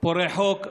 פורעי חוק.